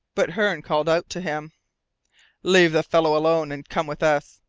but hearne called out to him leave the fellow alone, and come with us!